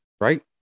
right